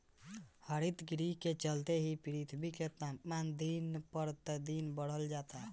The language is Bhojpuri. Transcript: हरितगृह के चलते ही पृथ्वी के तापमान दिन पर दिन बढ़ल जाता